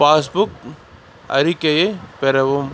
passbook அறிக்கையை பெறவும்